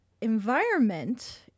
environment